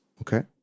Okay